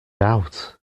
doubt